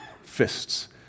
fists